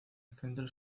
centro